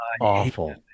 awful